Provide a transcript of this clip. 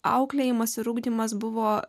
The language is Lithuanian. auklėjimas ir ugdymas buvo